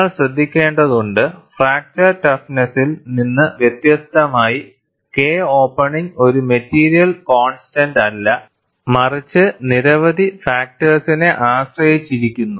നിങ്ങൾ ശ്രദ്ധിക്കേണ്ടതുണ്ട് ഫ്രാക്ചർ ടഫ്നെസ്സിൽ നിന്ന് വ്യത്യസ്തമായി K ഓപ്പണിംഗ് ഒരു മെറ്റീരിയൽ കോൺസ്റ്റൻറ് അല്ല മറിച്ച് നിരവധി ഫാക്ടർസിനെ ആശ്രയിച്ചിരിക്കുന്നു